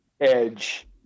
edge